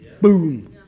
Boom